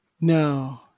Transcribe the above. no